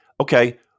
okay